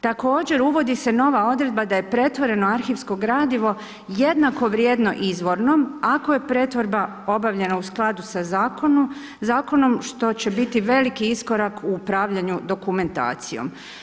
Također uvodi se nova odredba da je pretvoreno arhivsko gradivo jednako vrijedno izvornom ako je pretvorba obavljena u skladu sa zakonom što će biti veliki iskorak u upravljanju dokumentacijom.